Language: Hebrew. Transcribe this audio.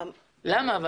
למה?